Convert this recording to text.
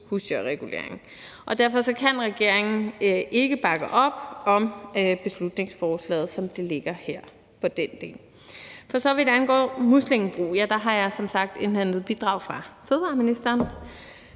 husdyrreguleringen. Derfor kan regeringen ikke bakke op om beslutningsforslaget, som det ligger her, for den del. For så vidt angår muslingebrug, har jeg som sagt indhentet bidrag fra fødevareministeren.